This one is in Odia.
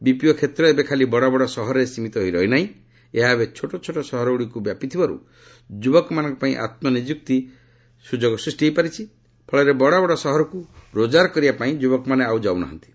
ବିପିଓ କ୍ଷେତ୍ର ଏବେ ଖାଲି ବଡ଼ବଡ଼ ସହରରେ ସୀମିତ ହୋଇ ରହିନାହିଁ ଏହା ଏବେ ଛୋଟଛୋଟ ସହରଗୁଡ଼ିକୁ ବ୍ୟାପିଥିବାରୁ ଯୁବକମାନଙ୍କ ପାଇଁ ନିଯୁକ୍ତି ସୁଯୋଗ ସୃଷ୍ଟି ହୋଇପାରିଛି ଫଳରେ ବଡ଼ ସହରକୁ ରୋଜଗାର କରିବା ପାଇଁ ଯୁବକମାନେ ଆଉ ଯାଉ ନାହାନ୍ତି